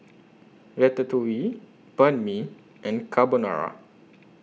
Ratatouille Banh MI and Carbonara